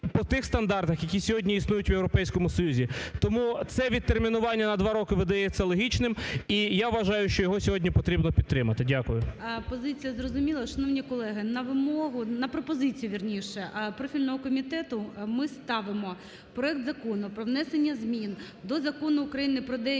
по тих стандартах, які сьогодні існують в Європейському Союзі. Тому це відтермінування на два роки видається логічним. І я вважаю, що його сьогодні потрібно підтримати. Дякую. ГОЛОВУЮЧИЙ. Позиція зрозуміла. Шановні колеги, на вимогу, на пропозицію, вірніше, профільного комітету ми ставимо проект Закону про внесення змін до Закону України "Про деякі питання